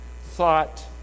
thought